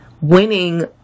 winning